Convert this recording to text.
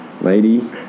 lady